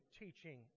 teaching